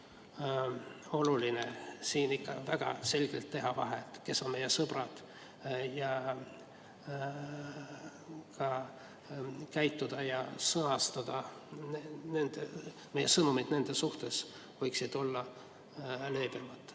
oluline siin ikka väga selgelt teha vahet, kes on meie sõbrad, ja ka käituda ja sõnastada kõike nii, et meie sõnumid nende suhtes võiksid olla leebemad?